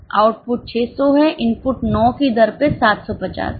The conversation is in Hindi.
आउटपुट 600 है इनपुट 9 की दर पर 750 है